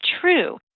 true